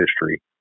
history